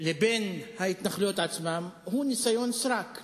לבין ההתנחלויות עצמן, הוא ניסיון סרק.